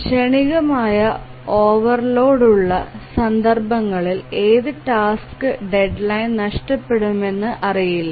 ക്ഷണികമായ ഓവർലോഡ് ഉള്ള സന്ദർഭങ്ങളിൽ ഏത് ടാസ്ക് ഡെഡ്ലൈൻ നഷ്ടപ്പെടുമെന്ന് അറിയില്ല